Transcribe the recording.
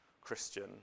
Christian